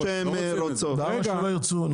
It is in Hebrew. למה שהם לא ירצו?